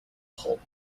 pulp